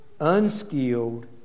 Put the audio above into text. unskilled